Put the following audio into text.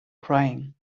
crying